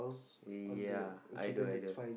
ya I do I do